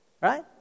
right